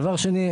דבר שני,